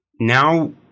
Now